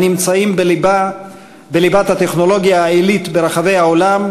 הנמצאים בליבת הטכנולוגיה העילית ברחבי העולם,